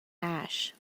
ash